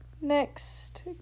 Next